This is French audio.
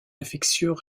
infectieux